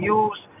use